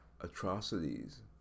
atrocities